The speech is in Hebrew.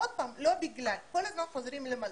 כל הזמן חוזרים למל"ג.